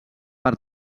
per